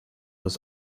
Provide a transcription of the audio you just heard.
was